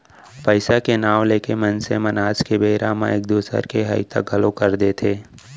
पइसा के नांव लेके मनसे मन आज के बेरा म एक दूसर के हइता घलौ कर देथे